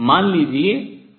मान लीजिए यह dEdnE1 है